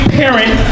parent